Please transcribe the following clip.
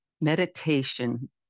Meditation